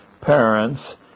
parents